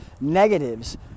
negatives